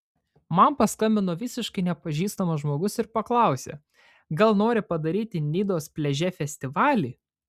man paskambino visiškai nepažįstamas žmogus ir paklausė gal nori padaryti nidos pliaže festivalį